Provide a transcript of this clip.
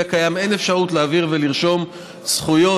הקיים אין אפשרות להעביר ולרשום זכויות